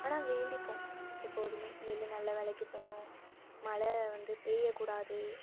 ஆனால் வேண்டிப்போம் எப்போதும் நெல் நல்ல விலைக்கி போகணும் மழை வந்து பேய்யக்கூடாது